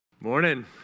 Morning